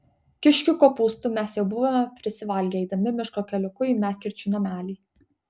kiškių kopūstų mes jau buvome prisivalgę eidami miško keliuku į medkirčių namelį